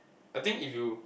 I think if you